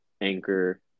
Anchor